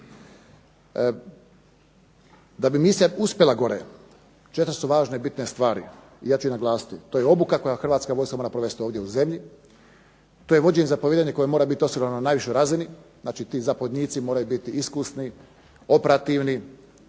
Da bi misija uspjela gore, 4 su važne bitne stvari i ja ću ih naglasiti. To je obuka koju Hrvatska vojska mora provesti ovdje u zemlji, to je vođenje i zapovijedanje koje mora biti osigurano na najvišoj razini, znači ti zapovjednici moraju biti iskusni, operativni,